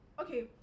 okay